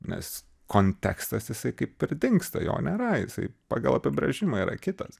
nes kontekstas jisai kaip ir dingsta jo nėra jisai pagal apibrėžimą yra kitas